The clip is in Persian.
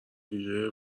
ویژهی